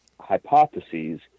hypotheses